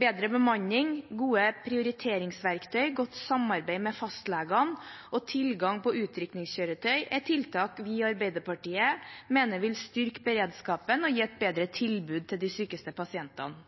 Bedre bemanning, gode prioriteringsverktøy, godt samarbeid med fastlegene og tilgang på utrykningskjøretøy er tiltak vi i Arbeiderpartiet mener vil styrke beredskapen og gi et bedre tilbud til de sykeste pasientene.